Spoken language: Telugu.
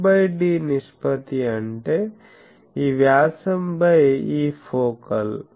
fd నిష్పత్తి అంటే ఈ వ్యాసం బై ఈ ఫోకల్